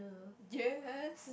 yes